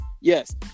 yes